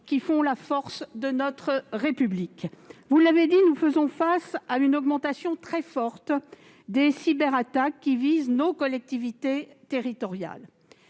qui font la force de notre République. Vous l'avez dit, nous faisons face à une augmentation très forte des cyberattaques visant nos collectivités territoriales.